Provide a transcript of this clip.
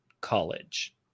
college